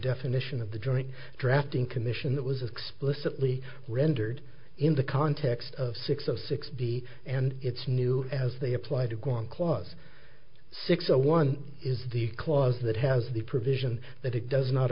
definition of the joint drafting commission that was explicitly rendered in the context of six of sixty and it's new as they apply to guam clause six one is the clause that has the provision that it does not